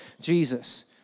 Jesus